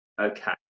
Okay